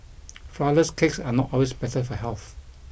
flourless cakes are not always better for health